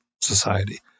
society